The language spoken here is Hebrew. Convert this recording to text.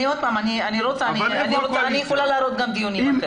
אני יכולה להראות גם דיונים אחרים.